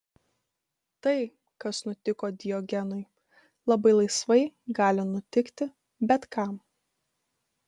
tai kas nutiko diogenui labai laisvai gali nutikti bet kam